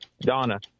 Donna